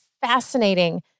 fascinating